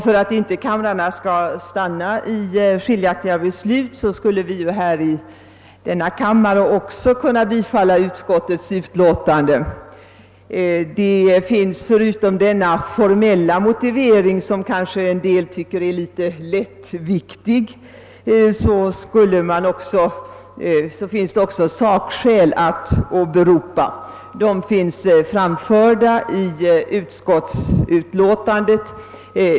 För att kamrarna inte skall stanna vid skiljaktiga beslut skulle vi i denna kammare också bifalla utskottets hemställan. Förutom denna formella motivering, som en del kanske tycker är litet lättviktig, finns det sakskäl att åberopa. De har framförts i utskottsutlåtandet.